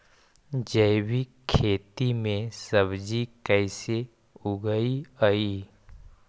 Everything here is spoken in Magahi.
जैविक खेती में सब्जी कैसे उगइअई?